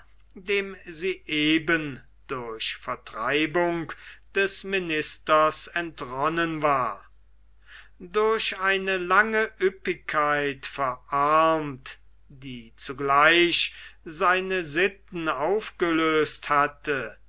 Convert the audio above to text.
dem sie eben durch vertreibung des ministers entronnen war durch eine lange ueppigkeit verarmt die zugleich seine sitten aufgelöst hatte